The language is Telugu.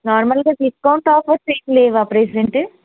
నోర్మల్ గా డిస్కౌంట్ ఆఫర్స్ ఏం లేవా ప్రెజెంట్